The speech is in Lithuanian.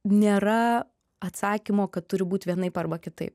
nėra atsakymo kad turi būt vienaip arba kitaip